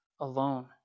alone